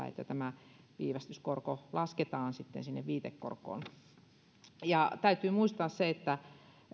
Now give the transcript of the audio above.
että tämä viivästyskorko lasketaan sitten sinne viitekorkoon täytyy muistaa se että